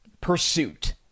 pursuit